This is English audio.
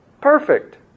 perfect